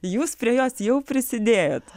jūs prie jos jau prisidėjot